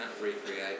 recreate